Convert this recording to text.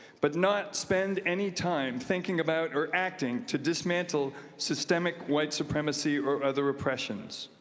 but not spend any time thinking about or acting to dismantle systemic white supremacy or other oppressions.